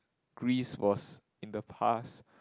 Greece was in the past